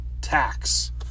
tax